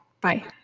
Bye